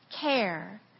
care